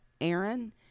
Aaron